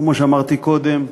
כמו שאמרתי קודם,